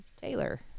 Taylor